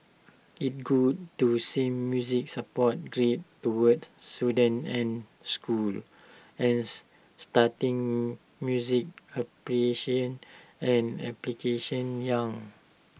it's good to see music support geared towards students and schools and starting music appreciation and application young